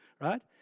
right